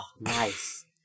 nice